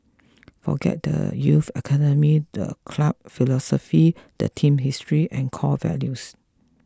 forget the youth academy the club philosophy the team's history and core values